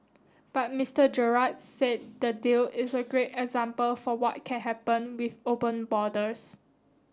but Mister Gerard said the deal is a great example for what can happen with open borders